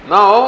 Now